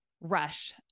rush